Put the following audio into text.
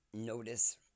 notice